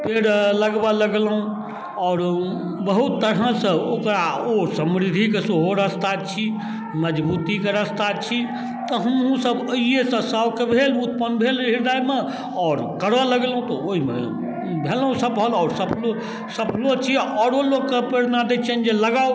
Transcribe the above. पेड़ लगबऽ लगलहुँ आओर बहुत तरहसँ ओकरा ओ समृद्धिके सेहो रस्ता छी मजबूतीके रस्ता छी तऽ हमहूँसब एहिएसँ सौख भेल उत्पन्न भेल हृदयमे आओर करऽ लगलहुँ तऽ ओहिमे भेलहुँ सफल आओर सफलो सफलो छी आओरो लोकके प्रेरणा दै छिअनि जे लगाउ